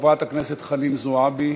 חברת הכנסת חנין זועבי,